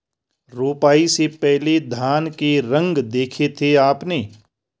रोपाई से पहले धान के रंग देखे थे आपने?